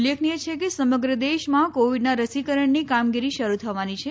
ઉલ્લેખનિય છે કે સમગ્ર દેશમાં કોવીડના રસીકરણની કામગીરી શરૂ થવાની છે